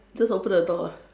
just open the door lah